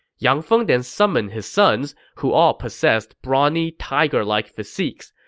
yang feng then summoned his sons, who all possessed brawny, tiger-like physiques.